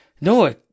No